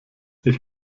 ich